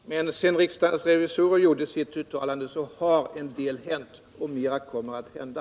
Herr talman! Men sedan riksdagens revisorer gjorde sitt uttalande har en del hänt, och mera kommer att hända.